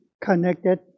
connected